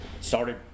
started